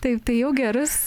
taip tai jau gerus